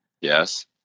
Yes